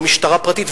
לא משטרה פרטית,